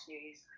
News